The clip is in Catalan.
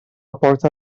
porta